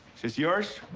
is this yours?